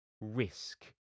risk